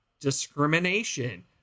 discrimination